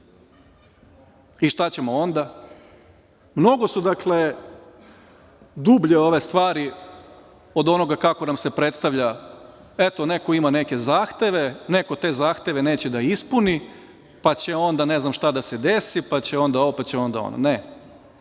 Šta ćemo onda?22/2 AL/CGMnogo su dublje ove stvari od onoga kako nam se predstavlja - eto neko ima neke zahteve, neko te zahteve neće da ispuni, pa će onda ne znam šta da se desi, pa će onda opet će onda ovo, pa